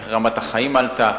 איך רמת החיים עלתה,